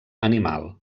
animal